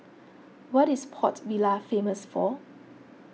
what is Port Vila famous for